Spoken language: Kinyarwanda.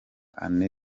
anne